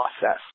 process